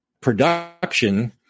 production